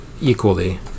equally